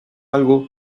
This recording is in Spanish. algo